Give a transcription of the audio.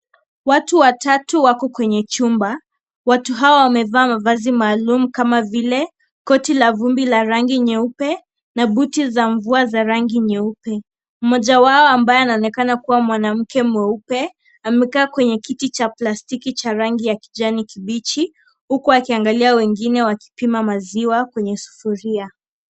Watu watatu wako kwenye chumba. Watu hawa wamevaa mavazi maalum kama vile koti la vumbi la rangi nyeupe na buti za mvua za rangi nyeupe. Mmoja wao ambaye anaonekana kuwa mwanamke mweupe, amekaa kwenye kiti cha plastiki cha rangi ya kijani kibichi huku akiangalia wengine wakipima maziwa kwenye sufuria.